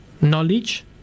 knowledge